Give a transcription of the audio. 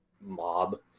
mob